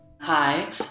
hi